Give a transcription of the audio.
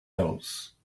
else